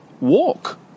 walk